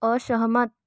असहमत